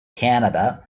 canada